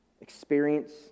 experience